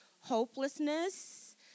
hopelessness